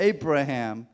Abraham